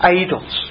idols